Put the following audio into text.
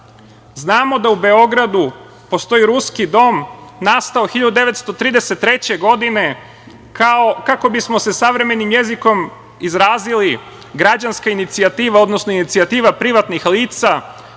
Znamo, da u Beogradu postoji Ruski dom, nastao 1933. godine, kao kako bi smo se savremenim jezikom izrazili građanska inicijativa, odnosno inicijativa privatnih lica.